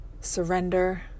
surrender